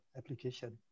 application